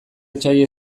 etsaia